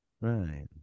Right